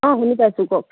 অঁ শুনি পাইছোঁ কওক